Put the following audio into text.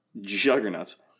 Juggernauts